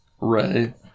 Right